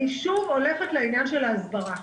אני שוב הולכת לעניין של ההסברה,